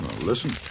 Listen